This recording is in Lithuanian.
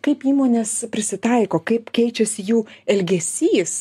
kaip įmonės prisitaiko kaip keičiasi jų elgesys